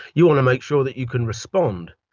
you want to make sure that you can respond.